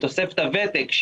תוספת הוותק,